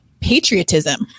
patriotism